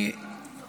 לא מצפים.